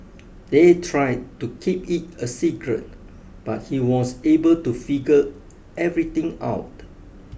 they tried to keep it a secret but he was able to figure everything out